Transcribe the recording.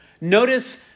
Notice